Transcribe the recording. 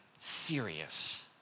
serious